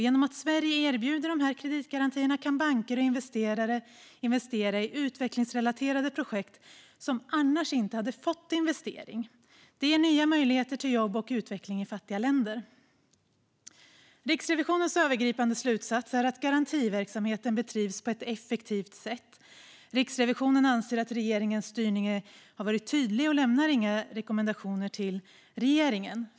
Genom att Sverige erbjuder kreditgarantier kan banker och investerare investera i utvecklingsrelaterade projekt som annars inte hade fått finansiering. Det ger nya möjligheter till jobb och utveckling i fattiga länder. Riksrevisionens övergripande slutsats är att garantiverksamheten bedrivs på ett effektivt sätt. Man anser att regeringens styrning har varit tydlig och lämnar därför inga rekommendationer till regeringen.